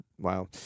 Wow